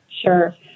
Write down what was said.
Sure